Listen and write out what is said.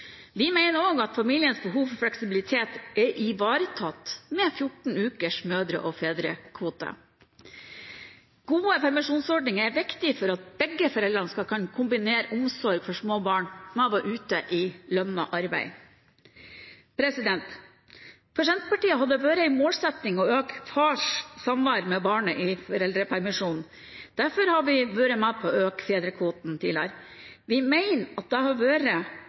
Vi mener også at familiens behov for fleksibilitet er ivaretatt med 14 ukers mødre- og fedrekvote. Gode permisjonsordninger er viktig for at begge foreldrene skal kunne kombinere omsorg for små barn med å være ute i lønnet arbeid. For Senterpartiet har det vært en målsetting å øke fars samvær med barnet i foreldrepermisjonen. Derfor har vi vært med på å øke fedrekvoten tidligere. Vi mener at det har vært